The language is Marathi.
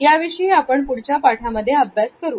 याविषयी आपण पुढच्या पाठांमध्ये अभ्यास करू